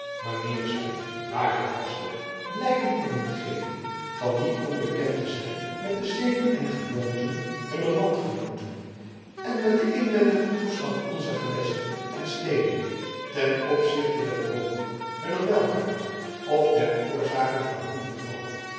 wanneer zij waar het paste blijken konden geven niet onbekend te zijn met de zeden en gewoonten hunner landgenooten en met den inwendigen toestand onzer gewesten en steden ten opzichte der bronnen hunner welvaart of der oorzaken van hun verval